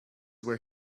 were